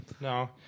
No